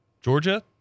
Georgia